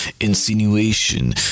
insinuation